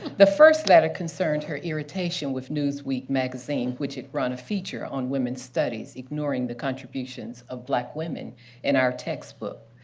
the first letter concerned her irritation with newsweek magazine which had run a feature on women's studies, ignoring the contributions of black women in our textbook.